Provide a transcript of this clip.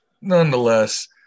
nonetheless